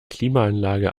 klimaanlage